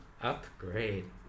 upgrade